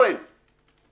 זה בדיוק הצעת החוק.